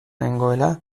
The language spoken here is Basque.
nengoela